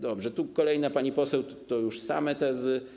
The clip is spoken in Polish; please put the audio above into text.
Dobrze, tu kolejna pani poseł, to już same tezy.